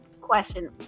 Question